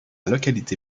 localité